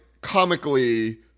comically